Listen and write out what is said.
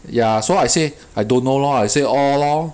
ya so I say I don't know lor I say all lor